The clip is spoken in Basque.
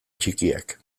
txikiak